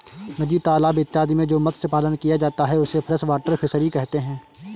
नदी तालाब इत्यादि में जो मत्स्य पालन किया जाता है उसे फ्रेश वाटर फिशरी कहते हैं